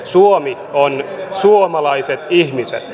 suomi on suomalaiset ihmiset